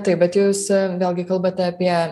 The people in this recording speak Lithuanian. taip bet jūs vėlgi kalbate apie